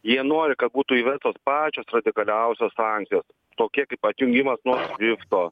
jie nori kad būtų įvestos pačios radikaliausios sankcijos tokie kaip atjungimas nuo svifto